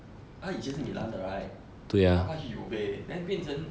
他以前是 milan 的 then 他去 uva then 变成